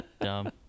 Dumb